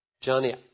Johnny